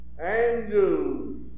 Angels